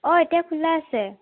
অ' এতিয়া খোলা আছে